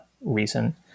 reason